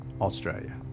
Australia